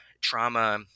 trauma